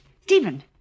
Stephen